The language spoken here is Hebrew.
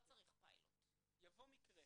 יבוא מקרה